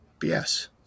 BS